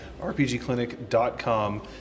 rpgclinic.com